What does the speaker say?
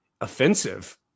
offensive